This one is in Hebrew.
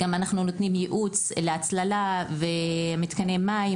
אנחנו גם נותנים ייעוץ להצללה ומתקני מים